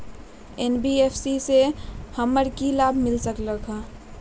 NBFC से हमार की की लाभ मिल सक?